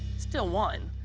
still won.